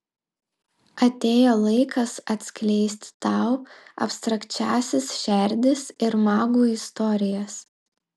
atėjo laikas atskleisti tau abstrakčiąsias šerdis ir magų istorijas